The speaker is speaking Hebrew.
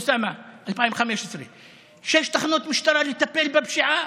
אוסאמה?) 2015. שש תחנות משטרה לטפל בפשיעה